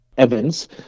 Evans